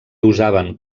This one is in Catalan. usaven